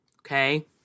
Okay